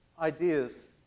ideas